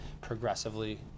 progressively